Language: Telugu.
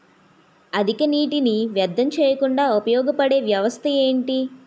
అధిక నీటినీ వ్యర్థం చేయకుండా ఉపయోగ పడే వ్యవస్థ ఏంటి